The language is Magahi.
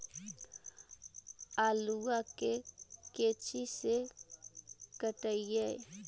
आलुआ के कोचि से पटाइए?